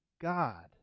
God